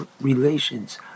relations